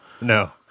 no